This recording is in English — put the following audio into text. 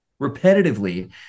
repetitively